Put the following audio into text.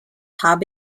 habe